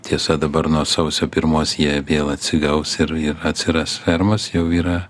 tiesa dabar nuo sausio pirmos jie vėl atsigaus ir ir atsiras fermos jau yra